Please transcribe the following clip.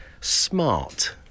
Smart